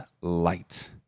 light